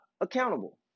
accountable